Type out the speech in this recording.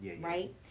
right